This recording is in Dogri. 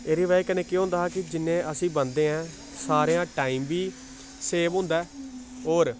एह्दी ब'जा कन्नै केह् होंदा हा कि जिन्ने असी बंदे ऐं सारें दा टाइम बी सेव होंदा ऐ होर